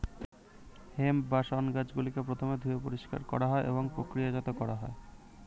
hemp বা শণ গাছগুলিকে প্রথমে ধুয়ে পরিষ্কার করা হয় এবং প্রক্রিয়াজাত করা হয়